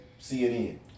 cnn